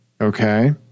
Okay